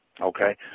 Okay